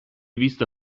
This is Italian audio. vista